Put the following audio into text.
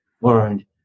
learned